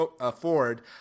afford